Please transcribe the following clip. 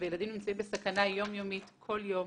וילדים נמצאים בסכנה יום יומית כל יום.